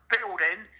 building